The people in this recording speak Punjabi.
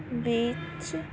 ਵਿੱਚ